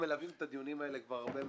מלווים את הדיונים האלה כבר זמן רב מאוד,